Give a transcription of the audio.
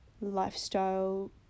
Lifestyle